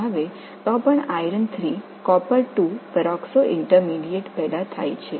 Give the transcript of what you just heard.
எனவே இரும்பு copper peroxo இடைநிலை 11 என்ற விகிதத்தில் சேர்க்கப்பட்டாலும் உருவாக்கப்படுகிறது